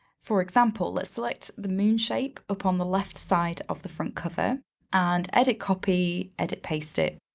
for example, let's select the moon shape upon the left side of the front cover and edit copy, edit paste it.